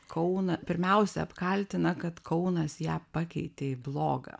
kauną pirmiausia apkaltina kad kaunas ją pakeitė į bloga